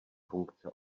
funkce